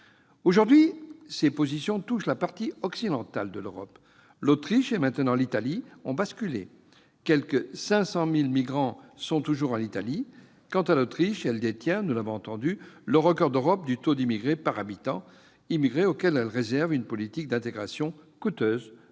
Aujourd'hui, ce mouvement gagne la partie occidentale de l'Europe. L'Autriche, et maintenant l'Italie, ont basculé. Quelque 500 000 migrants sont toujours présents en Italie. Quant à l'Autriche, elle détient le record d'Europe du taux d'immigrés par habitant, des immigrés auxquels elle applique une politique d'intégration coûteuse